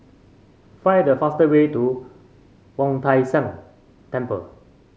find the faster way to Wu Tai Shan Temple